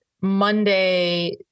Monday